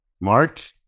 Mark